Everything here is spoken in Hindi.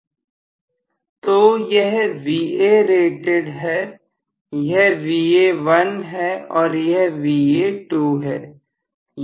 तो यह Varated है यह Va1 है यह Va2 है यह Va3 है